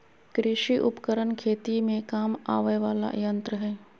कृषि उपकरण खेती में काम आवय वला यंत्र हई